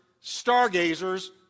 stargazers